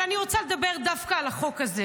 אבל אני רוצה לדבר דווקא על החוק הזה,